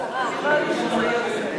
תהיה שרה.